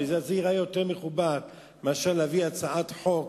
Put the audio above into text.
זה ייראה יותר מכובד מאשר להביא הצעת חוק